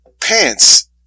pants